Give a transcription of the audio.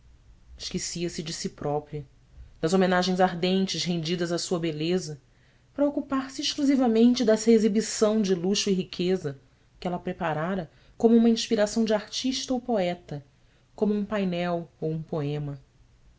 a minha presença esquecia-se de si própria das homenagens ardentes rendidas à sua beleza para ocupar se exclusivamente dessa exibição de luxo e riqueza que ela preparara como uma inspiração de artista ou poeta como um painel ou um poema